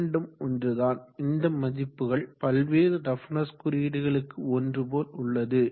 இரண்டும் ஒன்றுதான் இந்த மதிப்புகள் பல்வேறு ரஃப்னஸ் குறியீடுகளுக்கு ஒன்றுபோல் உள்ளது